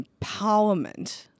empowerment